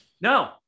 No